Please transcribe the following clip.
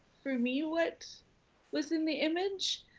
for me what was in the image,